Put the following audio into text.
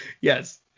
Yes